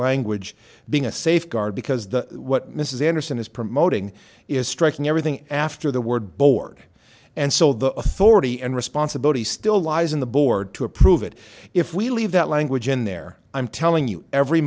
language being a safeguard because the what mrs anderson is promoting is striking everything after the word borg and so the authority and responsibility still lies in the board to approve it if we leave that language in there i'm telling you every